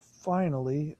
finally